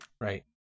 Right